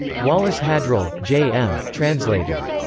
wallace-hadrill, j. m, translator.